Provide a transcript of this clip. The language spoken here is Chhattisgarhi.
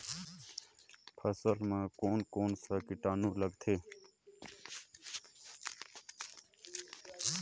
फसल मा कोन कोन सा कीटाणु लगथे?